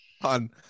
on